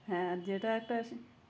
হ্যাঁ আর যেটা একটা